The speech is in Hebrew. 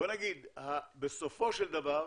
בוא נגיד, בסופו של דבר,